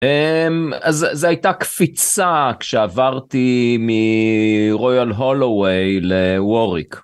אז זו הייתה קפיצה כשעברתי מרויאל הולווי לווריק.